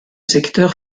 secteur